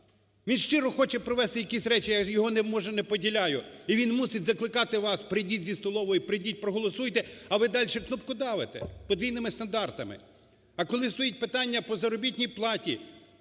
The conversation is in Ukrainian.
Він щиро хоче провести якісь речі, я його може не поділяю, і він мусить закликати вас, прийдіть зі столової, прийдіть проголосуйте, а ви далі кнопкодавите подвійними стандартами. А коли стоїть питання по заробітній платі,